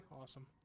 Awesome